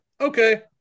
Okay